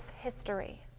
history